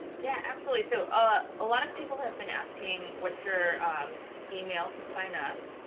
yeah, absolutely, so ah a lot of people have been asking what's your email to sign up?